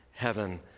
Heaven